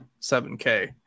7K